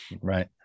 right